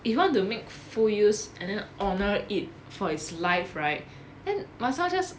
if you want to make full use and then honour it for it's life right then might as well just